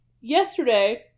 yesterday